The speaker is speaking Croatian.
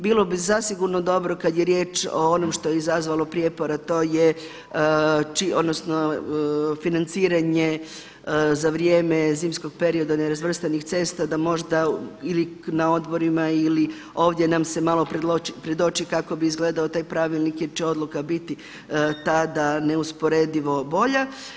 Bilo bi zasigurno dobro kada je riječ o onom što je izazvalo prijepor a to je financiranje za vrijeme zimskog perioda nerazvrstanih cesta da možda ili na odborima ili ovdje nam se malo predoči kako bi izgledao taj pravilnik jer će odluka biti ta da neusporedivo bolja.